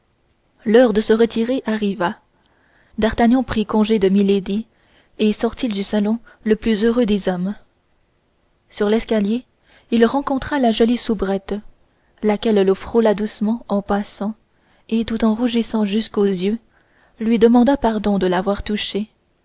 l'heure de se retirer arriva d'artagnan prit congé de milady et sortit du salon le plus heureux des hommes sur l'escalier il rencontra la jolie soubrette laquelle le frôla doucement en passant et tout en rougissant jusqu'aux yeux lui demanda pardon de l'avoir touché